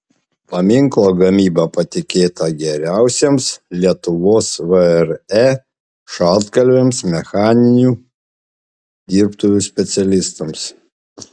paminklo gamyba patikėta geriausiems lietuvos vre šaltkalviams mechaninių dirbtuvių specialistams